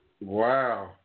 Wow